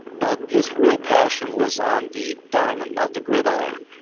but his real passion was on the diamond, not the grid iron.